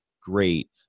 great